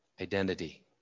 Identity